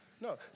no